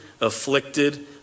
afflicted